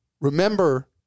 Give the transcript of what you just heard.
Remember